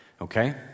okay